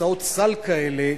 הצעות סל כאלה,